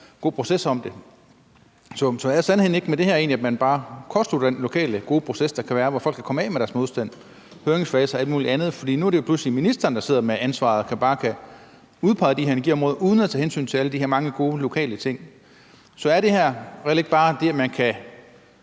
god proces om det. Så er sandheden med det her ikke, at man bare kortslutter den gode lokale proces, der kan være, hvor folk kan komme af med deres modstand i høringsfase og alt muligt andet? For nu er det pludselig ministeren, der sidder med ansvaret, og som bare kan udpege de her energiområder uden at tage hensyn til alle de her mange gode lokale ting. Så er det her reelt ikke, at man bare